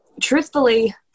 truthfully